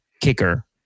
kicker